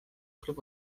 klub